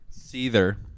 Seether